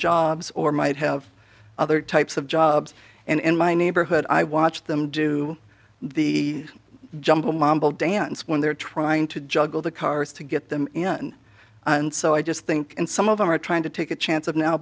jobs or might have other types of jobs and in my neighborhood i watch them do the jumble mambo dance when they're trying to juggle the cars to get them and so i just think some of them are trying to take a chance of now